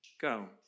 go